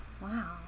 wow